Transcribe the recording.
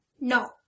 No